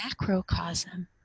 macrocosm